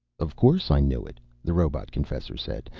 of course i knew it, the robot-confessor said.